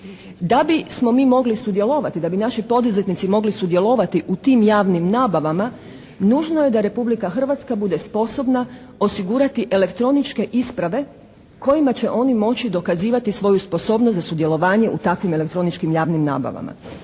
Da bismo mi mogli sudjelovati, da bi naši poduzetnici mogli sudjelovati u tim javnim nabavama nužno je da Republika Hrvatska bude sposobna osigurati elektroničke isprave kojima će oni moći dokazivati svoju sposobnost za sudjelovanje u takvim elektroničkim javnim nabavama.